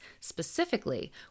specifically